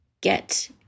get